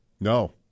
No